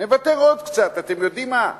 נוותר עוד קצת, אתם יודעים מה?